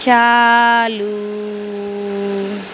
چالو